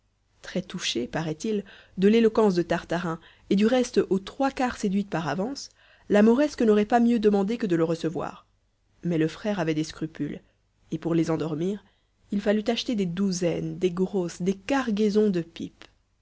très touchée paraît-il de l'éloquence de tartarin et du reste aux trois quarts séduite par avance la mauresque n'aurait pas mieux demandé que de le recevoir mais le frère avait des scrupules et pour les endormir il fallut acheter des douzaines des grosses des cargaisons de pipes